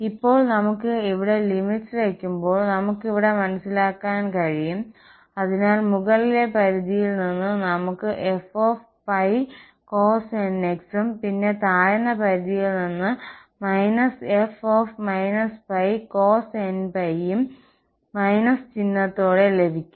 ഇപ്പോൾ നമുക്ക് ഇവിടെ ലിമിറ്സ് വെക്കുമ്പോൾ നമുക്ക് ഇവിടെ മനസ്സിലാക്കാൻ കഴിയും അതിനാൽ മുകളിലെ പരിധിയിൽ നിന്ന് നമുക്ക് f π cosnπ ഉം പിന്നെ താഴ്ന്ന പരിധിയിൽ നിന്ന് −f −π cosnπ ഉം ¿¿ ചിഹ്നത്തോടെ ലഭിക്കും